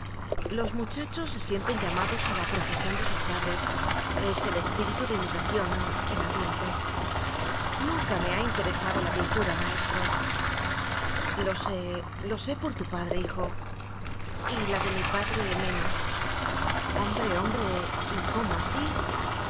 mucha chos se sienten llamados a la profesión de sus padres es el espíritu de imitación el am biente t nunca me ha interesado la pintura maestro lo sé lo sé por tu padre hijo y la de mi padre menos hombre hombre y cómo así